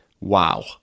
wow